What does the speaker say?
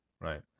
Right